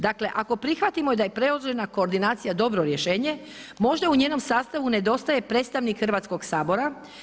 Dakle, ako prihvatimo da je predložena koordinacija dobro rješenje možda u njenom sastavu nedostaje predstavnik Hrvatskog sabora.